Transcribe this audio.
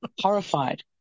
horrified